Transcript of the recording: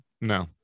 no